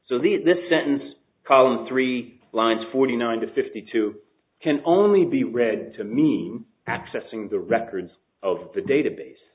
so the this sentence column three lines forty nine to fifty two can only be read to me accessing the records of the database